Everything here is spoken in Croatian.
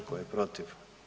Tko je protiv?